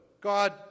God